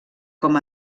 com